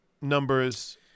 numbers